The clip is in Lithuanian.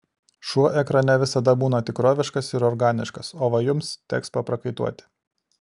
šuo ekrane visada būna tikroviškas ir organiškas o va jums teks paprakaituoti